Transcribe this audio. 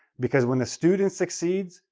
because when a student succeeds,